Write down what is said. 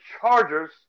Chargers